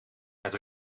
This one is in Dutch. het